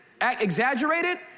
exaggerated